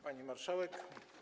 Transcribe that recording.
Pani Marszałek!